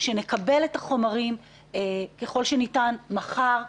שנקבל את החומרים ככל שניתן מחר.